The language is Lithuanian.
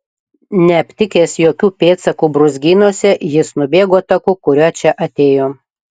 neaptikęs jokių pėdsakų brūzgynuose jis nubėgo taku kuriuo čia atėjo